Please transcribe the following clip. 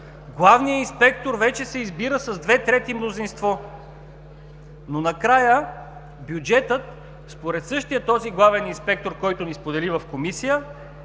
Главният инспектор вече се избира с две трети мнозинство, но накрая бюджетът, според същия този главен инспектор, който ни сподели в Комисията,